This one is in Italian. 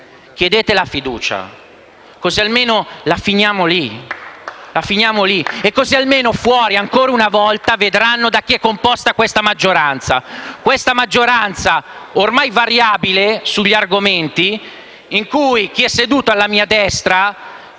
Chiedete la fiducia, così almeno la finiamo lì *(Applausi dal Gruppo LN-Aut)*, e così almeno fuori, ancora una volta, vedranno da chi è composta questa maggioranza. Questa è una maggioranza ormai variabile sugli argomenti, in cui chi è seduto alla mia destra